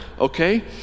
okay